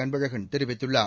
அன்பழகன் தெரிவித்துள்ளார்